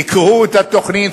תקראו את התוכנית.